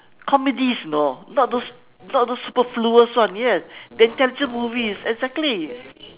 comedies you know not those not those superfluous one yes they're intelligent movies exactly